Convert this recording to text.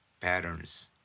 patterns